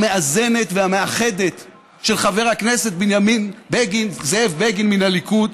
המאזנת והמאחדת של חבר הכנסת בנימין זאב בגין מן הליכוד.